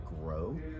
grow